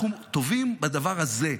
אנחנו טובים בדבר הזה,